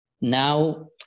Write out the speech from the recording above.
now